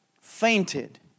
fainted